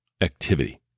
activity